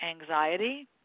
anxiety